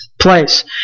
place